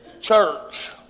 Church